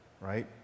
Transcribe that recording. right